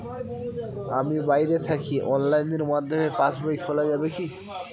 আমি বাইরে থাকি অনলাইনের মাধ্যমে পাস বই খোলা যাবে কি?